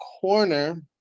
corner